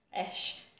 ish